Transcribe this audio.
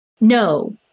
no